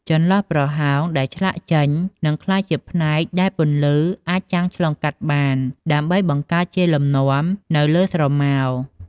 ចន្លោះប្រហោងដែលឆ្លាក់ចេញ នឹងក្លាយជាផ្នែកដែលពន្លឺអាចចាំងឆ្លងកាត់បាន ដើម្បីបង្កើតជាលំនាំនៅលើស្រមោល។